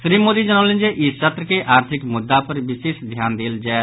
श्री मोदी जनौलनि जे ई सत्र मे आर्थिक मुद्दा पर विशेष ध्यान देल जायत